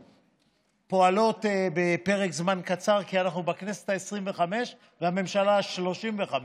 פועלות למשך זמן קצר כי אנחנו בכנסת העשרים-וחמש והממשלה השלושים-וחמש.